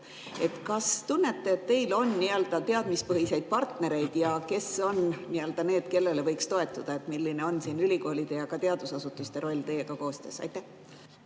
Kas tunnete, et teil on teadmispõhiseid partnereid? Ja kes on need, kellele võiks toetuda? Milline on ülikoolide ja ka teadusasutuste roll teiega koostöös? Suur